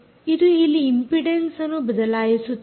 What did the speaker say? ಇದು ಇಲ್ಲಿ ಇಂಪಿಡೆನ್ಸ್ ಅನ್ನು ಬದಲಾಯಿಸುತ್ತಿದೆ